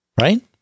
Right